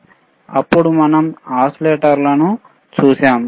అప్పుడు మనం ఓసిలేటర్లను చూశాము